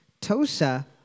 Tosa